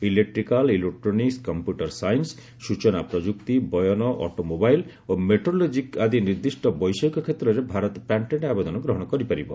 electrical electronics computer science ସୂଚନା ପ୍ରଯୁକ୍ତି ବୟନ ଅଟୋ ମୋବାଇଲ୍ ଓ ମେର୍ଟାଲୋଜିକ୍ ଆଦି ନିର୍ଦ୍ଧିଷ୍ଟ ବୈଷୟିକ କ୍ଷେତ୍ରରେ ଭାରତ ପ୍ୟାଟେଣ୍ଟ ଆବେଦନ ଗ୍ରହଣ କରିପାରିବ